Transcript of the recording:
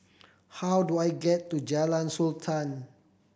how do I get to Jalan Sultan